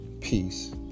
peace